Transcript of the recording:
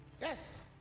Yes